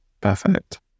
Perfect